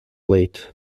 late